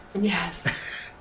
Yes